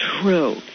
true